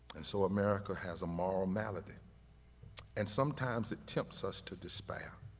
and so america has a moral malady and sometimes it tempts us to disband,